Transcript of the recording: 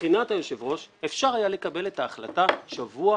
מבחינת יושב-הראש אפשר היה לקבל את ההחלטה שבוע,